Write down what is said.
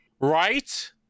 Right